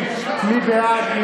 50. מי בעד?